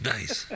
Nice